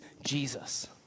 Jesus